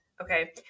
okay